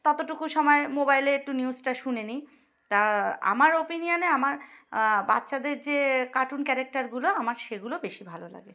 ততটুকু সময় মোবাইলে একটু নিউজটা শুনে নিই তা আমার ওপিনিয়নে আমার বাচ্চাদের যে কার্টুন ক্যারেক্টারগুলো আমার সেগুলো বেশি ভালো লাগে